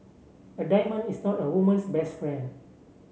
a diamond is not a woman's best friend